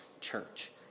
church